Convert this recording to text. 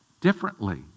differently